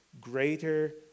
greater